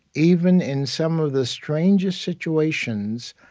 even in some of the strangest situations,